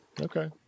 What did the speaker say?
okay